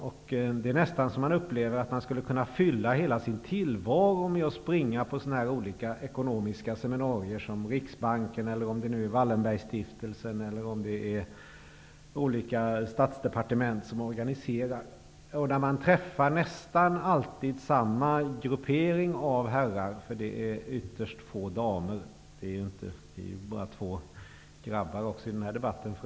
Jag upplever nästan att man skulle kunna fylla hela sin tillvaro med att springa på olika ekonomiska seminarier som Riksbanken, Wallenbergsstiftelsen eller olika departement organiserar. Man träffar nästan alltid samma gruppering av herrar -- för det är ytterst få damer med. Vi är för övrigt bara två grabbar i denna debatt.